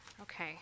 Okay